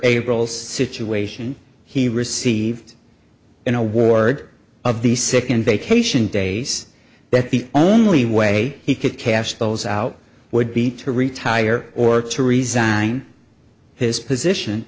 april situation he received an award of the second vacation days but the only way he could cash those out would be to retire or to resign his position